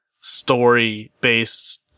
story-based